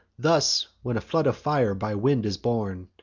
thus, when a flood of fire by wind is borne,